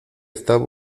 está